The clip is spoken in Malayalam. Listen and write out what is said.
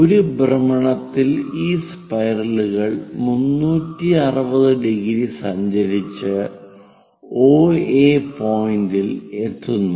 ഒരു ഭ്രമണത്തിൽ ഈ സ്പൈറലുകൾ 360° സഞ്ചരിച്ച് OA പോയിന്റിൽ എത്തുന്നു